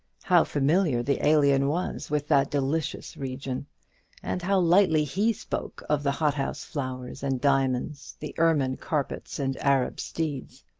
how familiar the alien was with that delicious region and how lightly he spoke of the hothouse flowers and diamonds, the ermine carpets and arab steeds!